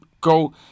go